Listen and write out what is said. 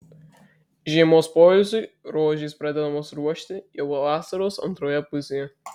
žiemos poilsiui rožės pradedamos ruošti jau vasaros antroje pusėje